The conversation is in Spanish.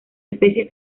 especie